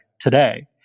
today